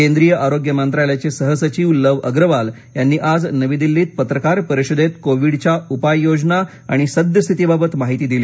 केंद्रीय आरोग्य मंत्रालयाचे सह सचिव लव अग्रवाल यांनी आज नवी दिल्लीत पत्रकार परिषदेत कोविडच्या उपाययोजना आणि सद्यस्थितीबाबत माहिती दिली